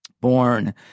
born